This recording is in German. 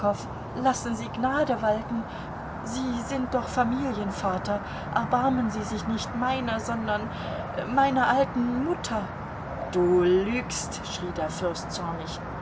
lassen sie gnade walten sie sind doch familienvater erbarmen sie sich nicht meiner sondern meiner alten mutter du lügst schrie der fürst zornig